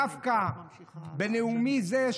דווקא בנאומי זה,